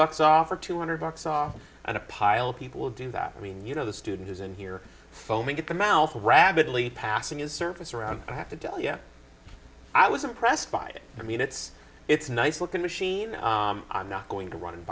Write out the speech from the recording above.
bucks off or two hundred bucks off and a pile of people will do that i mean you know the student is in here foaming at the mouth rabidly passing his service around i have to tell you i was impressed by it i mean it's it's a nice looking machine i'm not going to run and